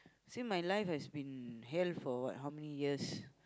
see my life has been hell for what how many years